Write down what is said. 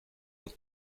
der